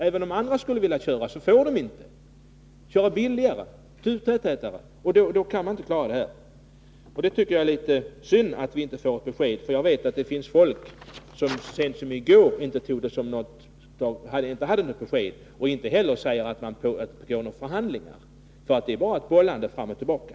Även om andra skulle vilja köra — och skulle köra billigare och turtätare — får de inte göra det, och då går det inte att klara detta. Det är litet synd att vi inte får något besked. Jag vet att det finns folk som så sent som i går inte hade fått något besked. Det sägs också att det inte heller pågår några förhandlingar. Det är bara ett bollande fram och tillbaka.